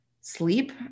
sleep